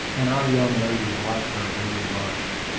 and our young ladies liked her very much.